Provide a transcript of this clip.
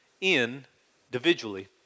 individually